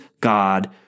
God